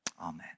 Amen